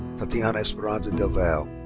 tatiana esperanza del valle.